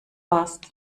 warst